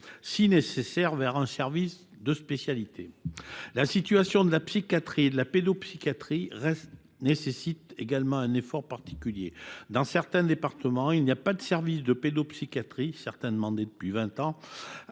cas échéant, vers un service de spécialité. La situation de la psychiatrie et de la pédopsychiatrie nécessite également un effort particulier. Dans certains départements, il n’y a pas de service de pédopsychiatrie – les demandes sont